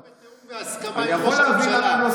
אתה אומר בתיאום ובהסכמה של ראש הממשלה.